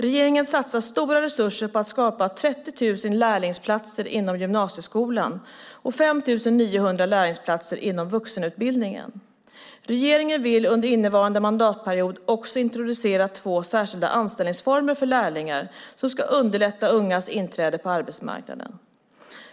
Regeringen satsar stora resurser på att skapa 30 000 lärlingsplatser inom gymnasieskolan och 5 900 lärlingsplatser inom vuxenutbildningen. Regeringen vill under innevarande mandatperiod också introducera två särskilda anställningsformer för lärlingar som ska underlätta ungas inträde på arbetsmarknaden.